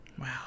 wow